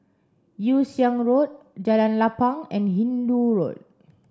Yew Siang Road Jalan Lapang and Hindoo Road